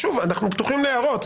שוב, אנחנו פתוחים להערות.